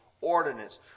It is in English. ordinance